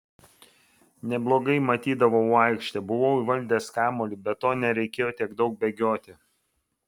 neblogai matydavau aikštę buvau įvaldęs kamuolį be to nereikėjo tiek daug bėgioti